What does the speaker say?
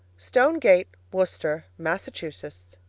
stone gate, worcester, massachusetts,